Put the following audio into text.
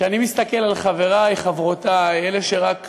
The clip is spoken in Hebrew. כשאני מסתכל על חברי וחברותי, אלה שרק